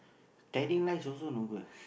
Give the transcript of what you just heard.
telling lies also no good lah